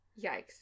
Yikes